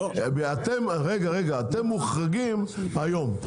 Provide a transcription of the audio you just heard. אתם מוחרגים היום.